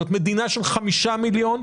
זאת מדינה של 5 מיליון,